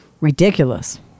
ridiculous